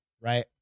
right